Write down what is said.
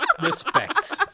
Respect